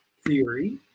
theory